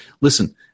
Listen